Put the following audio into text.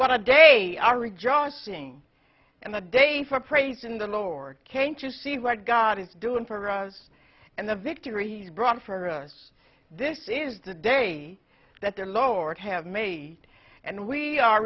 what a day or rejoicing and a day for praising the lord came to see what god is doing for us and the victory he brought for us this is the day that their lord have made and we are